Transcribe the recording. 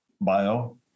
bio